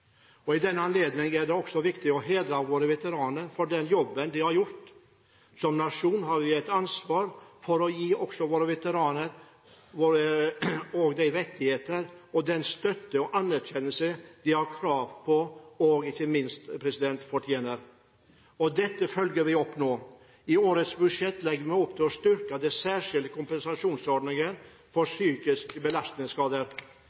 I den anledning er det også viktig å hedre våre veteraner for den jobben de har gjort. Som nasjon har vi et ansvar for å gi også våre veteraner de rettigheter og den støtte og anerkjennelse de har krav på og ikke minst fortjener. Dette følger vi opp nå. I årets budsjett legger vi opp til å styrke den særskilte kompensasjonsordningen for